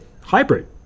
hybrid